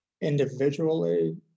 individually